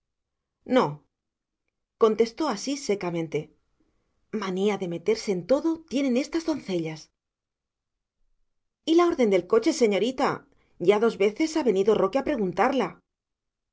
no contestó asís secamente manía de meterse en todo tienen estas doncellas y la orden del coche señorita ya dos veces ha venido roque a preguntarla